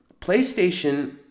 PlayStation